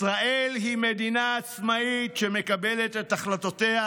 ישראל היא מדינה עצמאית שמקבלת את החלטותיה